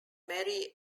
mary